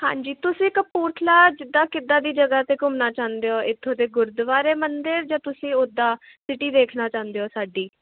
ਹਾਂਜੀ ਤੁਸੀਂ ਕਪੂਰਥਲਾ ਜਿੱਦਾਂ ਕਿੱਦਾਂ ਦੀ ਜਗ੍ਹਾ ਤੇ ਘੁੰਮਣਾ ਚਾਹੁੰਦੇ ਹੋ ਇਥੋਂ ਦੇ ਗੁਰਦੁਆਰੇ ਮੰਦਰ ਜਾ ਤੁਸੀਂ ਉੱਦਾਂ ਸਿਟੀ ਦੇਖਣਾ ਚਾਹੁੰਦੇ ਹੋ ਸਾਡੀ